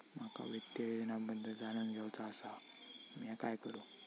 माका वित्तीय योजनांबद्दल जाणून घेवचा आसा, म्या काय करू?